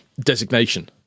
designation